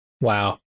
Wow